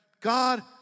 God